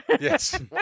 Yes